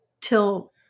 till